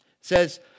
says